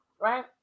right